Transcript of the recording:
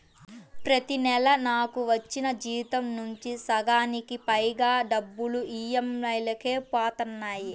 ప్రతి నెలా నాకు వచ్చిన జీతం నుంచి సగానికి పైగా డబ్బులు ఈఎంఐలకే పోతన్నాయి